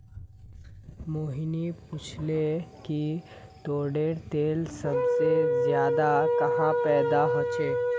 मोहिनी पूछाले कि ताडेर तेल सबसे ज्यादा कुहाँ पैदा ह छे